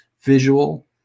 visual